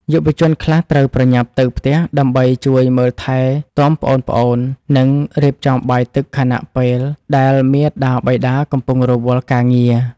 យុវជនខ្លះត្រូវប្រញាប់ទៅផ្ទះដើម្បីជួយមើលថែទាំប្អូនៗនិងរៀបចំបាយទឹកខណៈពេលដែលមាតាបិតាកំពុងរវល់ការងារ។